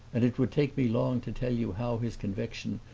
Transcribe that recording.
and it would take me long to tell you how his conviction,